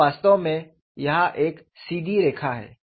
यह वास्तव में यहाँ एक सीधी रेखा है